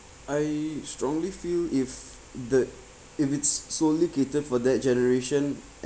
I strongly feel if the if it's solely catered for that generation